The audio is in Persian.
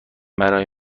برای